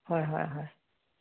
হয় হয় হয়